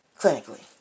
clinically